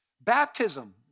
Baptism